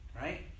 Right